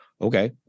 okay